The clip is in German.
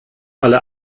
alle